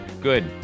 good